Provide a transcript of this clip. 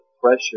pressure